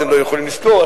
אתן לא יכולות לשכור,